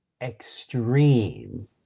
extreme